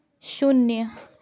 शून्य